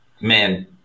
man